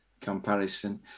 comparison